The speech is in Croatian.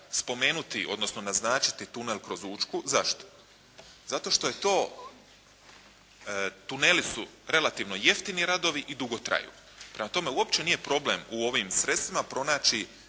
spomenuti, odnosno naznačiti tunel kroz Učku. Zašto? Zato što je to, tuneli su relativno jeftini radovi i dugo traju. Prema tome uopće nije problem u ovim sredstvima pronaći